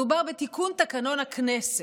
מדובר בתיקון תקנון הכנסת,